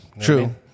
true